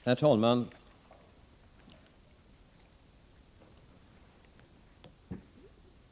Herr talman!